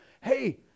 hey